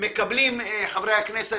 ואמרתי לחברתי, ליועצת המשפטית